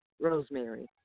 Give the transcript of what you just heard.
Rosemary